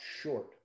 short